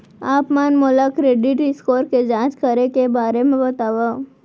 आप मन मोला क्रेडिट स्कोर के जाँच करे के बारे म बतावव?